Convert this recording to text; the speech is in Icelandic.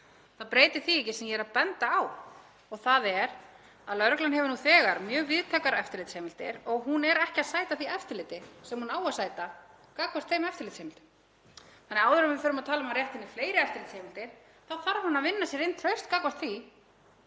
Það breytir því ekki sem ég er að benda á og það er að lögreglan hefur nú þegar mjög víðtækar eftirlitsheimildir og hún er ekki að sæta því eftirliti sem hún á að sæta gagnvart þeim eftirlitsheimildum. Þannig að áður en við förum að tala um að rétta henni fleiri eftirlitsheimildir þá þarf hún að vinna sér inn traust gagnvart því